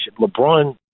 LeBron